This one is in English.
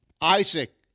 Isaac